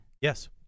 Yes